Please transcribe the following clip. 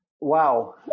wow